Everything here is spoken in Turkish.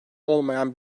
olmayan